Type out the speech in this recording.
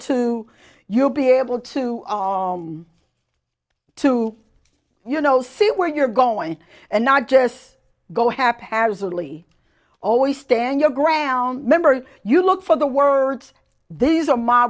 to you'll be able to to you know see where you're going and not just go haphazardly always stand your ground member you look for the words this is a m